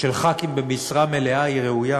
של חברי כנסת במשרה מלאה היא ראויה,